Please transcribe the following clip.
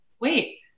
wait